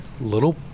little